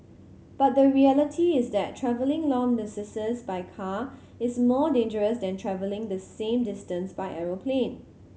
but the reality is that travelling long distances by car is more dangerous than travelling the same distance by aeroplane